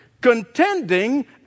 contending